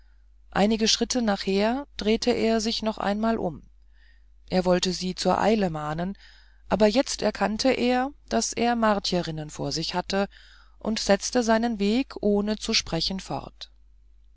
einige schritte nachher drehte er sich noch einmal um er wollte sie zur eile mahnen aber jetzt erkannte er daß er martierinnen vor sich habe und setzte seinen weg ohne zu sprechen fort